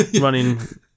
running